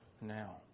now